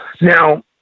Now